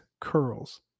curls